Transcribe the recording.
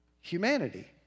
humanity